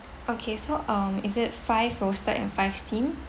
okay so um is it five roasted and five steamed